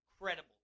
incredible